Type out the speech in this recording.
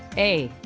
a,